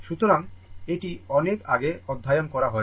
সুতরাং এটি অনেক আগে অধ্যয়ন করা হয়েছে